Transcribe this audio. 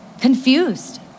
confused